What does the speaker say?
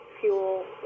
Fuel